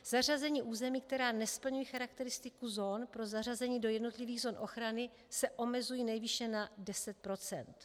Zařazení území, která nesplňují charakteristiku zón pro zařazení do jednotlivých zón ochrany, se omezují nejvýše na 10 %.